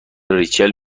ریچل